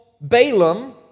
Balaam